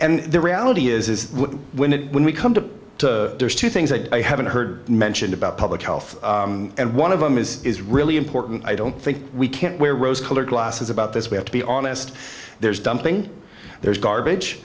and the reality is is when it when we come to there's two things that i haven't heard mentioned about public health and one of them is is really important i don't think we can't wear rose colored glasses about this we have to be honest there's dumping there's garbage